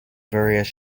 various